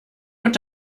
und